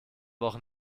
woche